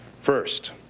First